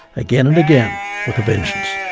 again and again with a vengeance.